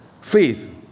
Faith